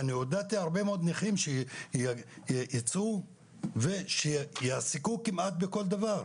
עודדתי הרבה מאוד נכים שייצאו ושיעסקו כמעט בכל דבר.